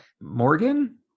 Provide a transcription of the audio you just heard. morgan